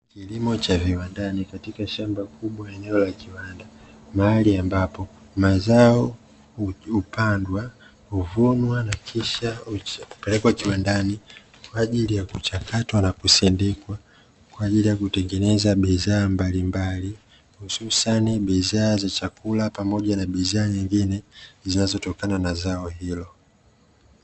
Kilimo cha viwandani, katika shamba kubwa eneo la kiwanda, mahali ambapo mazao hupandwa, huvunwa na kisha hupelekwa kiwandani kwa ajili ya kuchakatwa na kusindikwa, kwa ajili ya kutengenezwa bidhaa mbalimbali, hususani bidhaa za chakula pamoja na bidhaa nyingine zinazotokana na zao hilo.